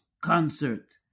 concert